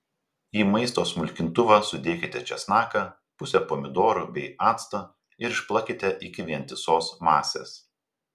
į maisto smulkintuvą sudėkite česnaką pusę pomidorų bei actą ir išplakite iki vientisos masės